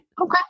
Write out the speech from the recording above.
Okay